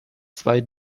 zwei